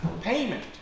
payment